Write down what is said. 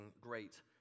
great